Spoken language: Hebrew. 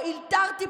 או אלתרתי,